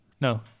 No